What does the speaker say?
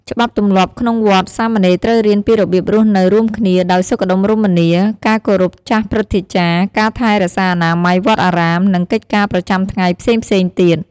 ច្បាប់ទម្លាប់ក្នុងវត្ត សាមណេរត្រូវរៀនពីរបៀបរស់នៅរួមគ្នាដោយសុខដុមរមនា ការគោរពចាស់ព្រឹទ្ធាចារ្យ ការថែរក្សាអនាម័យវត្តអារាម និងកិច្ចការប្រចាំថ្ងៃផ្សេងៗទៀត។